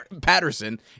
Patterson